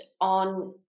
on